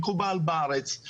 מקובל בארץ,